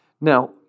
Now